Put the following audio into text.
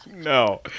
No